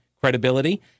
credibility